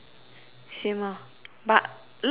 same ah but light blue right